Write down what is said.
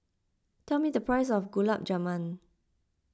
tell me the price of Gulab Jamun